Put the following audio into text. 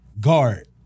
guard